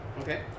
Okay